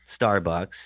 Starbucks